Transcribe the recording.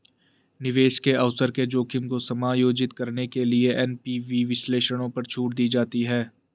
निवेश के अवसर के जोखिम को समायोजित करने के लिए एन.पी.वी विश्लेषणों पर छूट दी जाती है